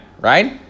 right